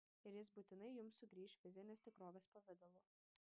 ir jis būtinai jums sugrįš fizinės tikrovės pavidalu